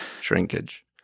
Shrinkage